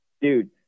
dude